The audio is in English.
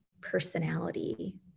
personality